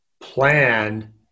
plan